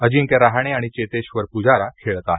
अजिंक्य रहाणे आणि चेतेश्वर पूजारा खेळत आहेत